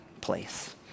place